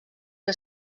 que